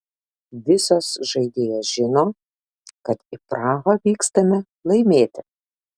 visos žaidėjos žino kad į prahą vykstame laimėti